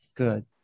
Good